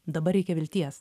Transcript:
dabar reikia vilties